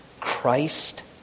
Christ